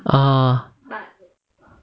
oh